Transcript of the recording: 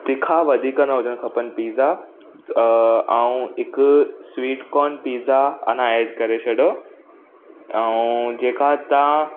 तिखा वधीक न हुजणु खपनि पिज़्ज़ा ऐं हिकु स्वीटकॉन पिज़्ज़ा अञा एड करे छॾो ऐं जेका तव्हां